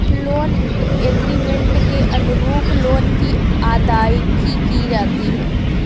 loan agreement के अनुरूप loan की अदायगी की जाती है